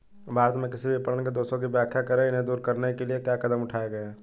भारत में कृषि विपणन के दोषों की व्याख्या करें इन्हें दूर करने के लिए क्या कदम उठाए गए हैं?